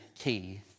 Key